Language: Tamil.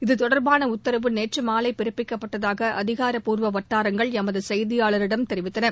இத்தொடர்பான உத்தரவு நேற்று மாலை பிறப்பிக்கப்பட்டதாக அதிகாரபூர்வ வட்டாரங்கள் எமது செய்தியாளரிடம் தெரிவித்தன